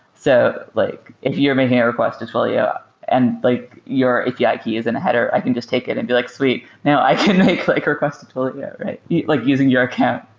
so like if you're making a request to twilio and like your api yeah key is in a header, i can just take it and be like, sweet! now i can make like a request to twilio, yeah like using your account,